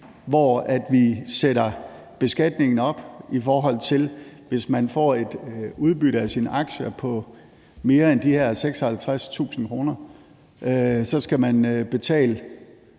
hvor vi sætter beskatningen op, sådan at hvis man får et udbytte af sine aktier på mere end de her 56.000 kr., så skal man betale